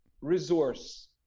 resource